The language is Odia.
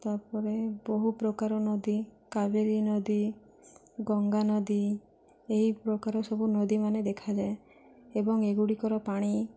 ତା'ପରେ ବହୁ ପ୍ରକାର ନଦୀ କାବେରୀ ନଦୀ ଗଙ୍ଗା ନଦୀ ଏହି ପ୍ରକାର ସବୁ ନଦୀମାନେ ଦେଖାଯାଏ ଏବଂ ଏଗୁଡ଼ିକର ପାଣି